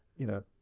you know?